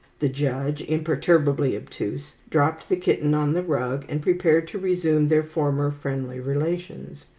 the judge, imperturbably obtuse, dropped the kitten on the rug, and prepared to resume their former friendly relations.